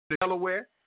Delaware